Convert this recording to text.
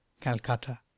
Calcutta